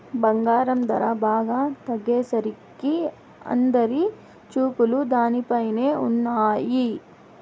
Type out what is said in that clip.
బంగారం ధర బాగా తగ్గేసరికి అందరి చూపులు దానిపైనే ఉన్నయ్యి